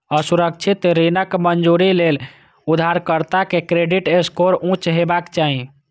असुरक्षित ऋणक मंजूरी लेल उधारकर्ता के क्रेडिट स्कोर उच्च हेबाक चाही